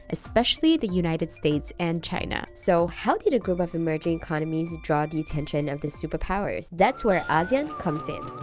especially the united states and china. so how did a group of emerging economies draw the attention of the superpowers? that's where asean comes in.